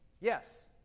Yes